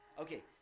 Okay